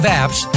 apps